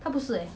她不是 eh